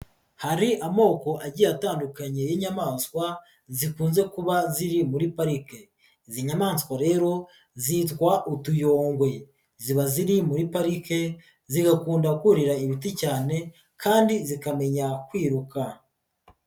Hari amoko agiye atandukanye y'inyamaswa, zikunze kuba ziri muri parike, izi nyamaswa rero zitwa utuyongwe, ziba ziri muri parike, zigakunda kurira ibiti cyane kandi zikamenya kwiruka.